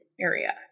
area